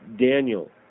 Daniel